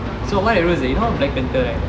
so what I wrote is you know black panther right